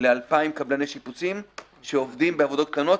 לאלפיים קבלני שיפוצים שעובדים בעבודות קטנות,